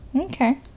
Okay